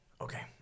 Okay